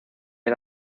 era